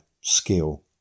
skill